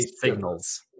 signals